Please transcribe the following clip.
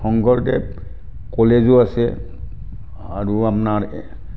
শংকৰদেৱ কলেজো আছে আৰু আপোনাৰ